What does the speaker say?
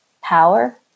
power